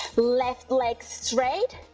left leg straight,